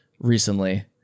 recently